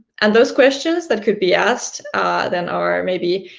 and those questions that could be asked then are maybe,